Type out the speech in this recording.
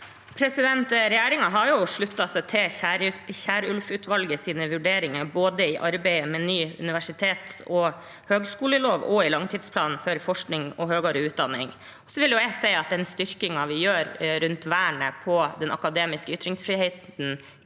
Regjeringen har sluttet seg til Kierulf-utvalgets vurderinger både i arbeidet med ny universitets- og høyskolelov og i langtidsplanen for forskning og høyere utdanning. Jeg vil si at den styrkingen vi gjør rundt vernet av den akademiske ytringsfriheten